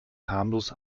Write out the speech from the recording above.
harmlos